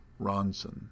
Ronson